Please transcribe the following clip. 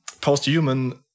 post-human